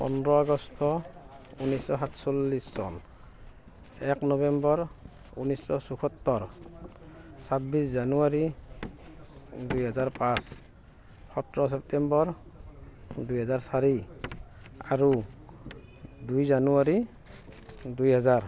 পোন্ধৰ আগষ্ট ঊনৈছ শ সাতচল্লিছ চন এক নৱেম্বৰ ঊনৈছ শ চৌসত্তৰ ছাব্বিছ জানুৱাৰী দুই হাজাৰ পাঁচ সোতৰ ছেপ্তেম্বৰ দুই হাজাৰ চাৰি আৰু দুই জানুৱাৰী দুই হাজাৰ